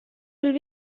will